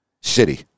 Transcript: city